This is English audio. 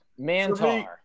mantar